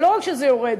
לא רק שזה יורד,